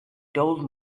told